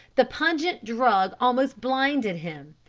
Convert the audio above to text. the pungent drug almost blinded him,